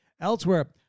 Elsewhere